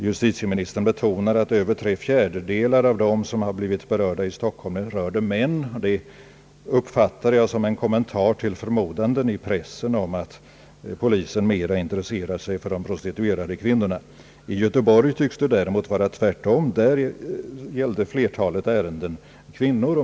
Justitieministern betonade att över tre fjärdedelar av dem som blivit berörda i Stockholm var män, och det uppfattar jag som en kommentar till förmodanden i pressen om att polisen mera intresserar sig för de prostituerade kvinnorna. I Göteborg tycks det förhålla sig tvärtom. Där gällde flertalet ärenden kvinnor.